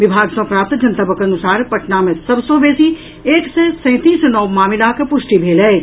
विभाग सँ प्राप्त जनतबक अनुसार पटना मे सभ सँ बेसी एक सय सैंतीस नव मामिलाक पुष्टि भेल अछि